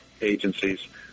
agencies